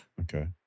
Okay